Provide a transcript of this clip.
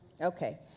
okay